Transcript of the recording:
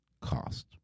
cost